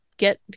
get